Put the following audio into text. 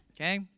okay